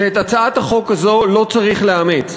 שאת הצעת החוק הזאת לא צריך לאמץ.